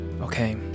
Okay